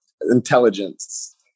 intelligence